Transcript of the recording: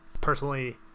personally